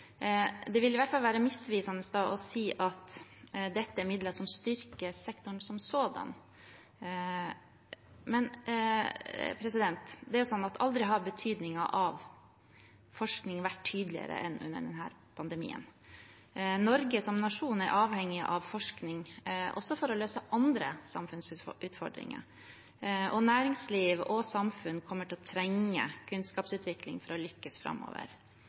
Det vil i hvert fall være misvisende å si at dette er midler som styrker sektoren som sådan. Aldri har betydningen av forskning vært tydeligere enn under denne pandemien. Norge som nasjon er avhengig av forskning, også for å løse andre samfunnsutfordringer. Næringsliv og samfunn kommer til å trenge kunnskapsutvikling for å lykkes framover.